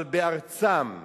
אבל בארצם,